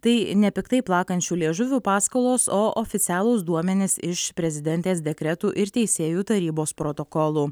tai ne piktai plakančių liežuvių paskalos o oficialūs duomenys iš prezidentės dekretų ir teisėjų tarybos protokolų